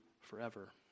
forever